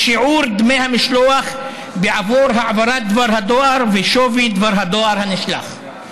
לשיעור דמי המשלוח בעבור העברת דבר הדואר ושווי דבר הדואר הנשלח.